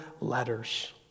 letters